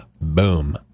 Boom